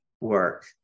work